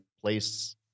place